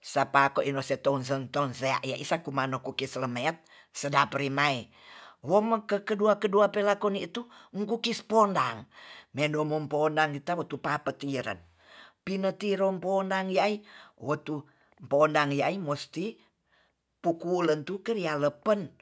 sapako inose tonsen tonsea iya isak kumano kukis lemet sedap rimae wome kekedua-kedua pelakoni itu kukis pondang mendo mo pondang ita motu papa tiren pine tiro podang ya'i wotu pondang ya'i mosti pikulentu kereia lepen